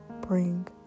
bring